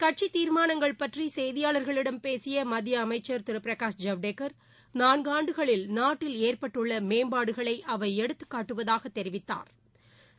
கட்சிதீர்மானங்கள் பற்றிசெய்தியாளர்களிடம் பேசியமத்தியஅமைச்சர் திருபிரகாஷ் ஜவடேகர் நான்காண்டுகளில் நாட்டில் ஏற்பட்டுள்ளமேம்பாடுகளைஅவைஎடுத்துக்காட்டுவதாகதெரிவித்தாா்